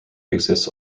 exists